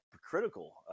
critical